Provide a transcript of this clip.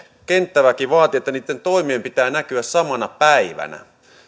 kenttäväki vaati että niitten toimien pitää näkyä samana päivänä